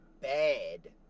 bad